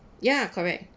ya correct